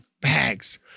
bags